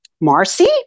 Marcy